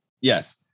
Yes